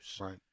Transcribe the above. Right